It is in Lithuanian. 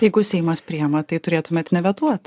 jeigu seimas priima tai turėtumėt nevetuot